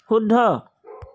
শুদ্ধ